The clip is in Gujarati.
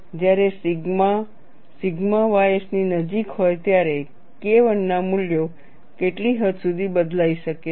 જ્યારે સિગ્મા સિગ્મા ys ની નજીક હોય ત્યારે KI ના મૂલ્યો કેટલી હદ સુધી બદલાઈ શકે છે